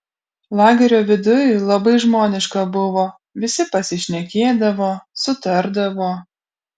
lagerio viduj labai žmoniška buvo visi pasišnekėdavo sutardavo